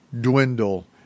dwindle